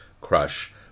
crush